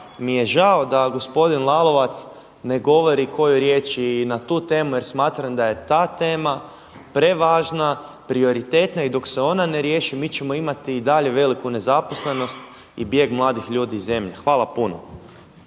mi je žao da gospodin Lalovac ne govori koju riječ i na tu temu jer smatram da je ta tema prevažna, prioritetna i dok se ona ne riješi mi ćemo imati i dalje veliku nezaposlenost i bijeg mladih ljudi iz zemlje. Hvala puno.